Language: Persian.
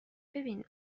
ببین